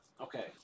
Okay